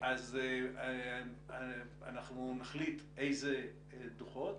אנחנו נחליט איזה דוחות,